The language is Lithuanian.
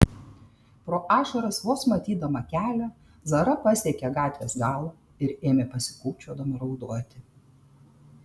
pro ašaras vos matydama kelią zara pasiekė gatvės galą ir ėmė pasikūkčiodama raudoti